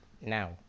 now